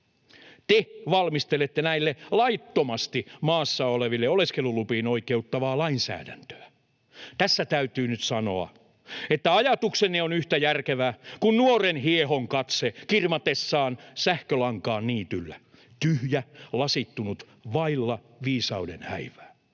Te valmistelette näille laittomasti maassa oleville oleskelulupiin oikeuttavaa lainsäädäntöä. Tässä täytyy nyt sanoa, että ajatuksenne on yhtä järkevä kuin nuoren hiehon katse kirmatessaan sähkölankaan niityllä: tyhjä, lasittunut, vailla viisauden häivää.